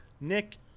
Nick